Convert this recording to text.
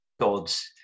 God's